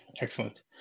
Excellent